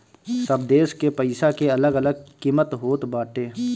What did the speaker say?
सब देस के पईसा के अलग अलग किमत होत बाटे